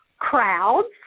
crowds